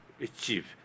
achieve